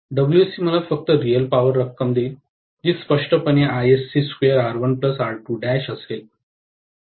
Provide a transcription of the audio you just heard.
Wsc मला फक्त real power रक्कम देईल जी स्पष्टपणे आयएससी ISC2R1 R 2 असेल